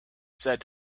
said